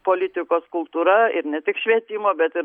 politikos kultūra ir ne tik švietimo bet ir